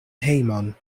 hejmon